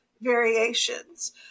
variations